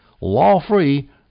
law-free